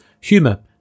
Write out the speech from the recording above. Humor